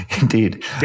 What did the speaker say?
indeed